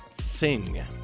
Sing